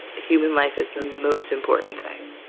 human life is the most important thing